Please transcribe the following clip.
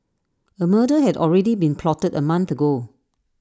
A murder had already been plotted A month ago